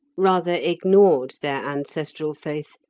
rather ignored their ancestral faith,